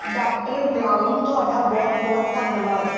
doctor Brown ਤੁਹਾਡਾ ਬਹੁਤ ਬਹੁਤ ਧੰਨਵਾਦ